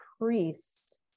increased